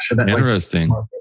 interesting